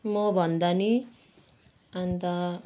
मभन्दा नि अन्त